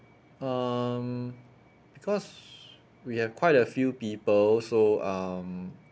um because we have quite a few people so um